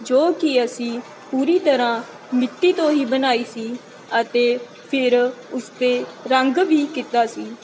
ਜੋ ਕਿ ਅਸੀਂ ਪੂਰੀ ਤਰ੍ਹਾਂ ਮਿੱਟੀ ਤੋਂ ਹੀ ਬਣਾਈ ਸੀ ਅਤੇ ਫਿਰ ਉਸ 'ਤੇ ਰੰਗ ਵੀ ਕੀਤਾ ਸੀ